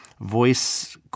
voice